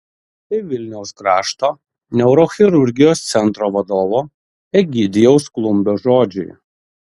tai vilniaus krašto neurochirurgijos centro vadovo egidijaus klumbio žodžiai